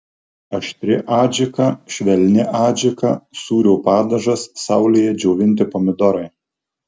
aštri adžika švelni adžika sūrio padažas saulėje džiovinti pomidorai